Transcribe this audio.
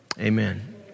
Amen